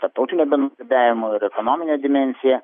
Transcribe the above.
tarptautinio bendradarbiavimo ir ekonominę dimensiją